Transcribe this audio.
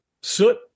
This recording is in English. soot